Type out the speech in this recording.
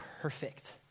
perfect